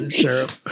sheriff